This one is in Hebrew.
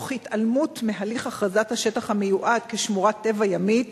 תוך התעלמות מהליך הכרזת השטח המיועד לשמורת טבע ימית,